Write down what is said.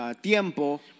tiempo